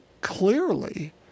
clearly